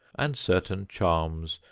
and certain charms,